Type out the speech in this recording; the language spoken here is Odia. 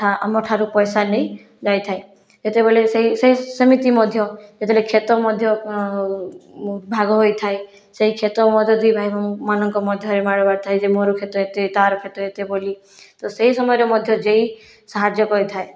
ଆମଠାରୁ ପଇସା ନେଇ ଯାଇଥାଏ ସେତେବେଳେ ସେ ସେଇ ସେମିତି ମଧ୍ୟ କେତେବେଳେ କ୍ଷେତ ମଧ୍ୟ ଭାଗ ହୋଇଥାଏ ସେହି କ୍ଷେତ ମଧ୍ୟ ଦି ଭାଇ ମାନଙ୍କ ମଧ୍ୟରେ ମାଡ଼ ବାଜିଥାଏ ଯେ ମୋର କ୍ଷେତ ଏତେ ତାର କ୍ଷେତ ଏତେ ବୋଲି ତ ସେହି ସମୟରେ ମଧ୍ୟ ଜେଇ ସାହାଯ୍ୟ କରିଥାଏ